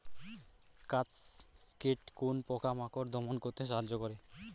Cascade কোন পোকা মাকড় দমন করতে সাহায্য করে?